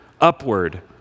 upward